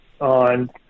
on